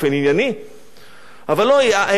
אבל לא: מה יהיה מחר בוועדה?